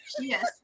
Yes